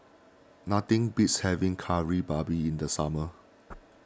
nothing beats having Kari Babi in the summer